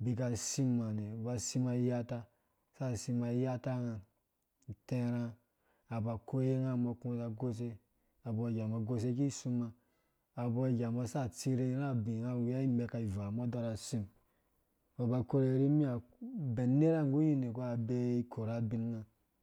abika simane mbɔ ba asím ayata saka sim ayata ngã tɛrhɛ nga ba koingãmba kũ aza goshe abo ngambo agoshe ki sumã abo ngambo saka tsirhe ra abĩ ngã wua imɛka ivaa mbo dorha sĩm mbɔ ba korhe nĩ mĩ hã bɛn nerha nggu yende ngã bei korhabingã.